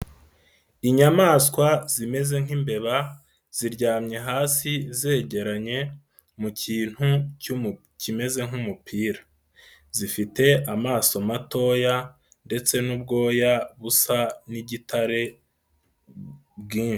Inyamaswa zimeze nk'imbeba, ziryamye hasi zegeranye mu kintu kimeze nk'umupira. Zifite amaso matoya ndetse n'ubwoya busa n'igitare bwinshi.